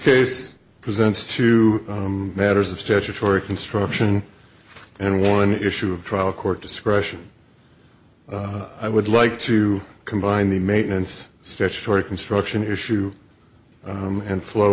case presents to matters of statutory construction and one issue of trial court discretion i would like to combine the maintenance statutory construction issue and flow